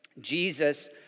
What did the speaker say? Jesus